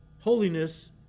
Holiness